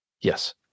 Yes